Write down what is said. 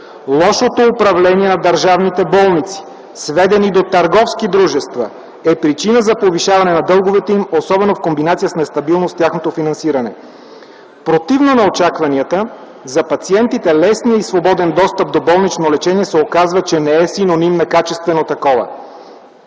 Лошото управление на държавните болници, сведени до търговски дружества, е причина за повишаване на дълговете им, особено в комбинация с нестабилност в тяхното финансиране. Противно на очакванията, за пациентите лесния и свободен достъп до болнично лечение се оказва, че не е синоним на качествено такова.